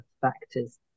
factors